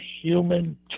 human